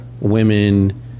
women